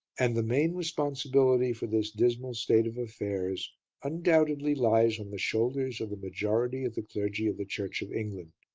and the main responsibility for this dismal state of affairs undoubtedly lies on the shoulders of the majority of the clergy of the church of england.